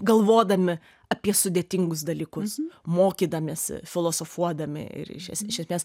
galvodami apie sudėtingus dalykus mokydamiesi filosofuodami ir iš iš esmės